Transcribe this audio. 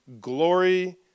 glory